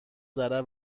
ضرر